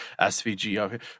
SVG